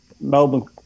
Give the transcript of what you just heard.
Melbourne